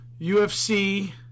UFC